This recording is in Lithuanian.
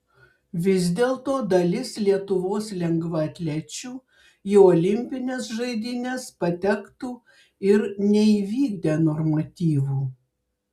vis dėlto dalis lietuvos lengvaatlečių į olimpines žaidynes patektų ir neįvykdę normatyvų